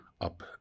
up